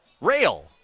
Rail